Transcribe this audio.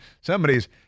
Somebody's